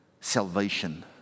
salvation